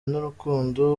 n’urukundo